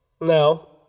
No